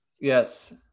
Yes